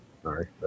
Sorry